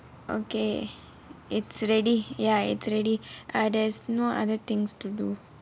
okay it's ready ya it's ready ah there's no other things to do